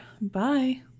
Bye